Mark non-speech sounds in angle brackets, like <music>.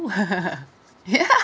<laughs> ya